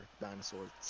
dinosaurs